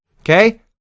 okay